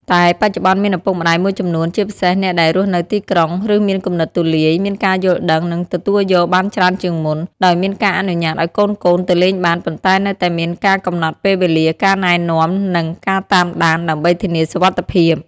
តែបច្ចុប្បន្នមានឪពុកម្តាយមួយចំនួន ជាពិសេសអ្នកដែលរស់នៅទីក្រុង ឬមានគំនិតទូលាយ មានការយល់ដឹង និងទទួលយកបានច្រើនជាងមុន ដោយមានការអនុញ្ញាតឱ្យកូនៗទៅលេងបាន ប៉ុន្តែនៅតែមាន ការកំណត់ ពេលវេលា ការណែនាំ និង ការតាមដាន ដើម្បីធានាសុវត្ថិភាព ។